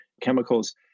chemicals